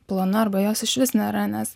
plona arba jos išvis nėra nes